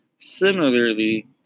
Similarly